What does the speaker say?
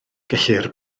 gellir